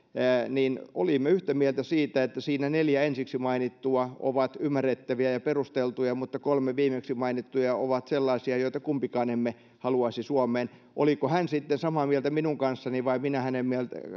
niin olimme yhtä mieltä siitä että siinä neljä ensiksi mainittua ovat ymmärrettäviä ja perusteltuja mutta kolme viimeksi mainittuja ovat sellaisia joita kumpikaan emme haluaisi suomeen oliko hän sitten samaa mieltä minun kanssani vai minä hänen